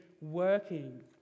working